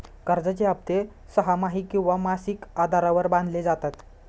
कर्जाचे हप्ते सहामाही किंवा मासिक आधारावर बांधले जातात